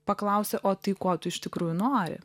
paklausė o tai ko tu iš tikrųjų nori